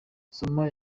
soma